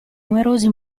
numerosi